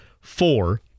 four